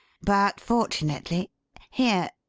but fortunately here!